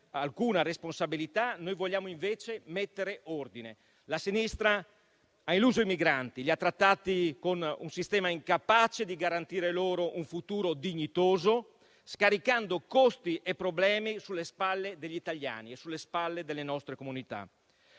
alcuna responsabilità, noi vogliamo invece mettere ordine. La sinistra ha illuso i migranti, li ha trattati con un sistema incapace di garantire loro un futuro dignitoso, scaricando costi e problemi sulle spalle degli italiani e delle nostre comunità.